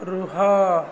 ରୁହ